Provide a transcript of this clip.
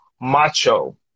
macho